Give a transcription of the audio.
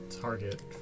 target